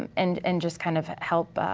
um and and just kind of help